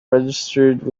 registered